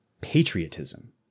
patriotism